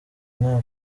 mwaka